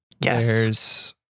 Yes